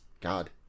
God